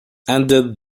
ended